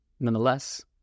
Nonetheless